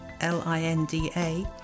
L-I-N-D-A